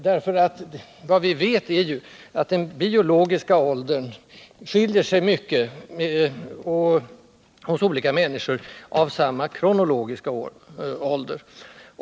115 Vi vet att den biologiska åldern är mycket olika hos människor av samma kronologiska ålder.